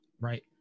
Right